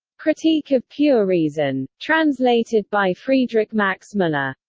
critique of pure reason. translated by friedrich max muller.